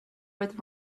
with